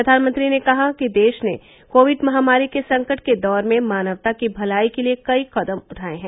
प्रधानमंत्री ने कहा कि देश ने कोविड महामारी के संकट के दौर में मानवता की भलाई के लिये कई कदम उठाये हैं